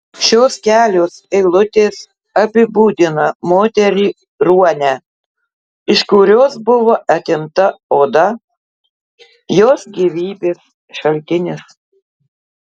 šios kelios eilutės apibūdina moterį ruonę iš kurios buvo atimta oda jos gyvybės šaltinis